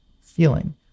feeling